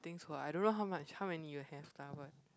I think so I don't know how much how many you have lah but